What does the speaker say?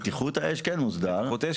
בטיחות האש כן מוסדרת.